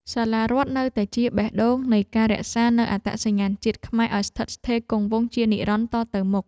សាលារដ្ឋនៅតែជាបេះដូងនៃការរក្សានូវអត្តសញ្ញាណជាតិខ្មែរឱ្យស្ថិតស្ថេរគង់វង្សជានិរន្តរ៍តទៅមុខ។